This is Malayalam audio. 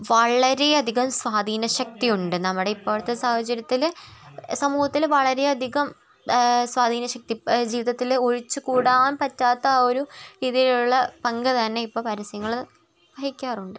വളരെ അധികം സ്വാധീന ശക്തിയുണ്ട് നമ്മുടെ ഇപ്പോഴത്തെ സാഹചര്യത്തിൽ സമൂഹത്തിൽ വളരെ അധികം സ്വാധിന ശക്തി ജീവിതത്തിൽ ഒഴിച്ചു കൂടാൻ പറ്റാത്ത ആ ഒരു രീതിയിലുള്ള പങ്ക് തന്നെ ഇപ്പോൾ പരസ്യങ്ങൾ വഹിക്കാറുണ്ട്